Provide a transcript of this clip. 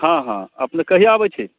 हँ हँ अपने कहिया अबैत छी